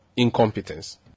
incompetence